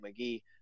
McGee